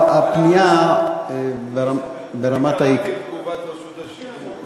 הפנייה ברמת, כי קראתי את תגובת רשות השידור.